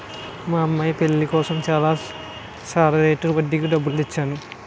మా అమ్మాయి పెళ్ళి కోసం చాలా సాదా రేటు వడ్డీకి డబ్బులు తెచ్చేను